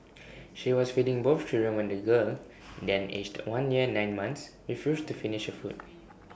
she was feeding both children when the girl then aged one year and nine months refused to finish her food